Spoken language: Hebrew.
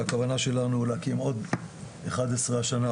והכוונה שלנו להקים עוד אחד עשר השנה,